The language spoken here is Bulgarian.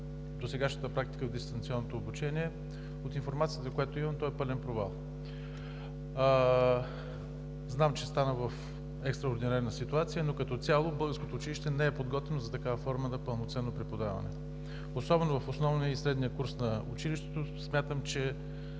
досегашната практика в дистанционното обучение. От информацията, която имам – то е пълен провал. Знам, че стана в екстраординарна ситуация, но като цяло българското училище не е подготвено за такава форма на пълноценно преподаване. Особено в основния и средния курс на училището, смятам че